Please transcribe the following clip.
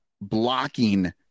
blocking